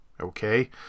Okay